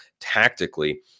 tactically